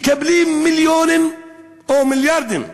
מקבלים מיליונים או מיליארדים שקלים.